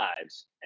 lives